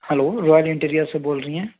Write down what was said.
hello Royal Interior से बोल रही हैं